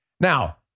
Now